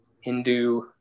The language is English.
hindu